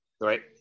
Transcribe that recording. right